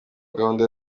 gahunda